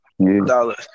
dollars